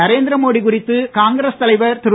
நரேந்திரமோடி குறித்து காங்கிரஸ் தலைவர் திரு